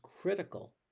critical